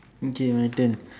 okay my turn